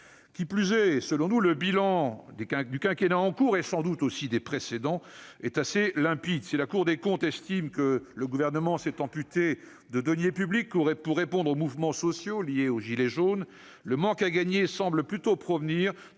De surcroît, selon nous, le bilan du quinquennat en cours et sans doute aussi des précédents est assez limpide. Si la Cour des comptes estime que le Gouvernement s'est amputé de deniers publics pour répondre aux mouvements sociaux liés aux « gilets jaunes », le manque à gagner semble plutôt provenir